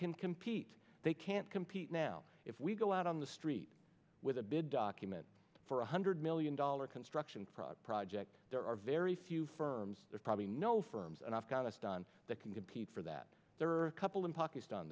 can compete they can't compete now if we go out on the street with a big document for one hundred million dollar construction project project there are very few firms there probably no firms and afghanistan that can compete for that there are a couple in pakistan